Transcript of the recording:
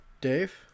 Dave